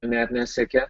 net nesiekia